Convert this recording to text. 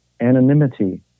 anonymity